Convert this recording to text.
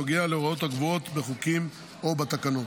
נוגע להוראות הקבועות בחוקים או בתקנות,